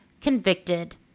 convicted